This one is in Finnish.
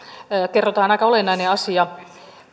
kerrotaan aika olennainen asia